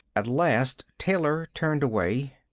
at last taylor turned away.